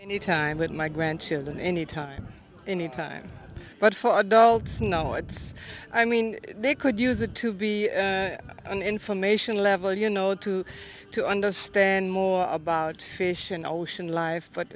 any time that my grandchildren any time any time but for adults no it's i mean they could use it to be an information level you know to to understand more about creation ocean life but